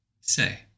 say